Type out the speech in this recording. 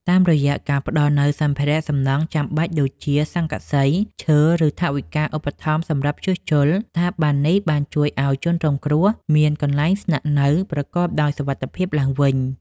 តាមរយៈការផ្ដល់នូវសម្ភារសំណង់ចាំបាច់ដូចជា ស័ង្កសី ឈើ ឬថវិកាឧបត្ថម្ភសម្រាប់ជួសជុល ស្ថាប័ននេះបានជួយឱ្យជនរងគ្រោះមានកន្លែងស្នាក់នៅប្រកបដោយសុវត្ថិភាពឡើងវិញ។